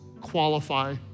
qualify